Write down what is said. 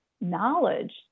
knowledge